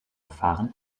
fahren